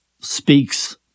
speaks